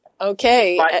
Okay